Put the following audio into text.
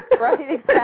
Right